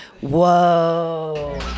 Whoa